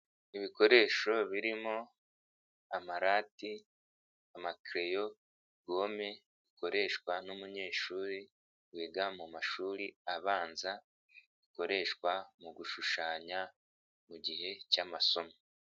Ibikoresho birimo; amarati, amakereyo, gome, bikoreshwa n'umunyeshuri wiga mu mashuri abanza, bikoreshwa mu gushushanya mu gihe cy'amasomo.